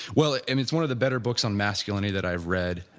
well and it's one of the better books on masculinity, that i've read.